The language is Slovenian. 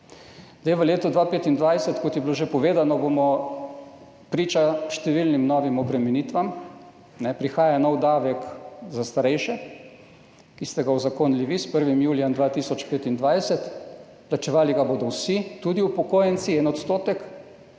V letu 2025, kot je bilo že povedano, bomo priča številnim novim obremenitvam, prihaja nov davek za starejše, ki ste ga uzakonili vi, s 1. julijem 2025. Plačevali ga bodo vsi, tudi upokojenci, 1 %,